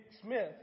Smith